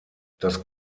das